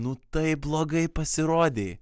nu taip blogai pasirodei